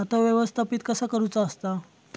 खाता व्यवस्थापित कसा करुचा असता?